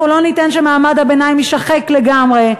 אנחנו לא ניתן שמעמד הביניים יישחק לגמרי,